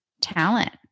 talent